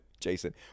Jason